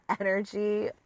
energy